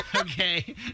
Okay